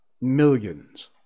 millions